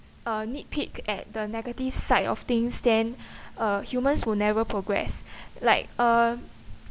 uh nit pick at the negative side of things then uh humans will never progress like uh